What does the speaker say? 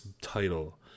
title